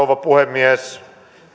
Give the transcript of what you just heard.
rouva puhemies